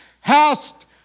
Hast